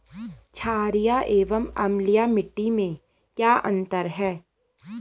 छारीय एवं अम्लीय मिट्टी में क्या अंतर है?